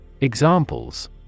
Examples